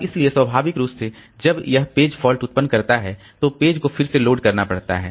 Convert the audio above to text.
और इसलिए स्वाभाविक रूप से जब यह पेज फॉल्ट उत्पन्न करता है तो पेज को फिर से लोड करना पड़ता है